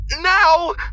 now